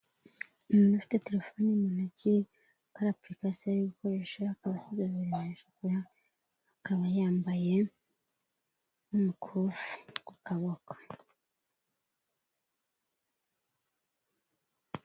umuntu ufite terefoni mu ntoki hari apurikasiyo ari gukoresha akaba asize verine, akaba yambaye nk'umukufi ku kaboko.